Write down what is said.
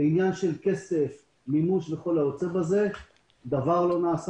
בעניין של כסף, מימוש וכל היוצא בזה דבר לא נעשה